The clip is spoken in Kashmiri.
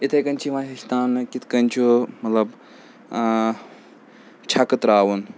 یِتھَے کَنۍ چھِ یِوان ہیٚچھناونہٕ کِتھ کَنۍ چھُ مطلب چھَکہٕ ترٛاوُن